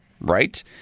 right